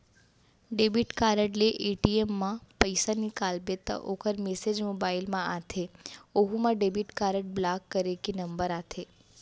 debit card ले ATM म पइसा निकालबे त ओकर मेसेज मोबाइल म आथे ओहू म डेबिट कारड ब्लाक करे के नंबर आथे